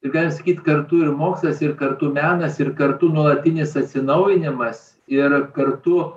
taip galim sakyt kartu ir mokslas ir kartu menas ir kartu nuolatinis atsinaujinimas ir kartu